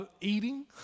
eating